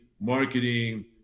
marketing